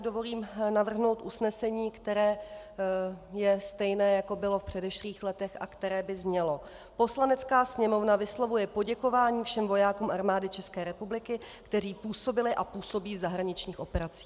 Dovolím si navrhnout usnesení, které je stejné, jako bylo v předešlých letech, a které by znělo: Poslanecká sněmovna vyslovuje poděkování všem vojákům Armády ČR, kteří působili a působí v zahraničních operacích.